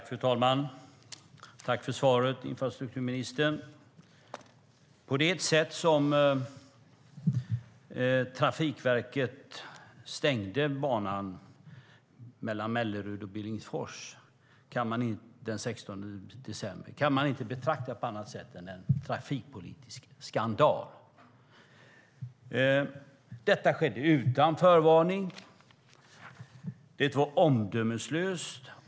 Fru talman! Tack för svaret, infrastrukturministern! Det sätt som Trafikverket stängde banan mellan Mellerud och Billingsfors på den 16 december kan inte betraktas på annat sätt än som en trafikpolitisk skandal. Det skedde utan förvarning. Det var omdömeslöst.